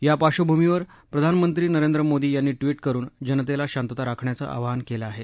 या पार्श्भूमीवर प्रधानमंत्री नरेंद्र मोदी यांनी ट्वीट करून जनतेला शांतता राखण्याचं आवाहन केलं आहे